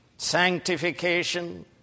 Sanctification